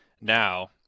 now